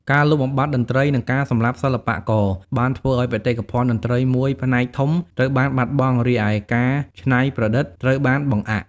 ការលុបបំបាត់តន្ត្រី និងការសម្លាប់សិល្បករ បានធ្វើឱ្យបេតិកភណ្ឌតន្ត្រីមួយផ្នែកធំត្រូវបានបាត់បង់ រីឯការច្នៃប្រឌិតត្រូវបានបង្អាក់។